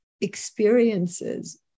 experiences